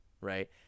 right